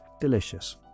Delicious